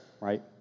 right